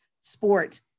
sport